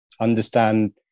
understand